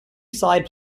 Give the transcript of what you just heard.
side